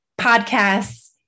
podcasts